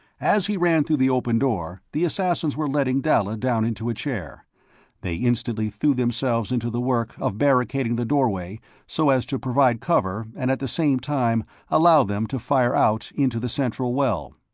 as he ran through the open door, the assassins were letting dalla down into a chair they instantly threw themselves into the work of barricading the doorway so as to provide cover and at the same time allow them to fire out into the central well.